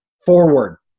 forward